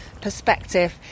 perspective